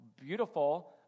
beautiful